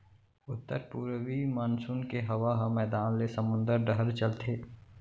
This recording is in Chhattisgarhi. उत्तर पूरवी मानसून के हवा ह मैदान ले समुंद डहर चलथे